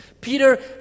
Peter